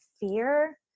fear